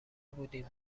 بودیم